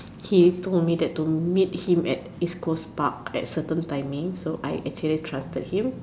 he told me to meet him at East coast park at certain timing so I actually trusted him